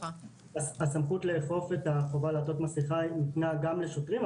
הסמכות לאכוף את החובה לעטות מסכה ניתנה גם לשוטרים,